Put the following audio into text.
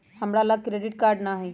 हमरा लग credit card नऽ हइ